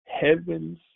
heavens